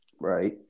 Right